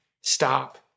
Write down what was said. stop